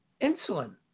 insulin